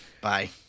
Bye